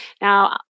Now